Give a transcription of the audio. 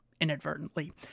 inadvertently